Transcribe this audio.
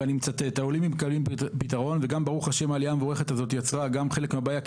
ואני מצטט: ברוך השם העלייה המבורכת הזאת יצרה גם חלק מהבעיה,